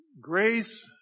Grace